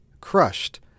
Crushed